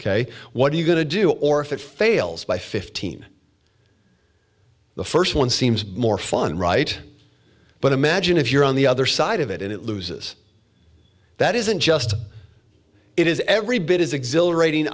ok what are you going to do or if it fails by fifteen the first one seems more fun right but imagine if you're on the other side of it and it loses that isn't just it is every bit as exhilarating